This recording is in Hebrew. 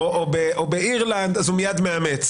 או באירלנד, אז הוא מיד מאמץ.